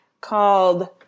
called